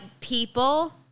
people